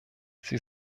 sie